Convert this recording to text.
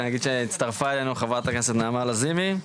הצטרפה אלינו חברת הכנסת נעמה לזימי.